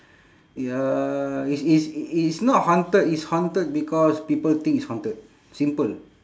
ya it's it's it's not haunted it's haunted because people think it's haunted simple